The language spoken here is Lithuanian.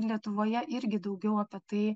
lietuvoje irgi daugiau apie tai